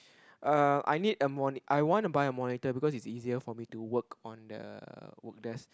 uh I need a moni~ I want to buy a monitor because is easier for me to work on the work desk